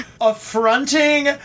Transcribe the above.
affronting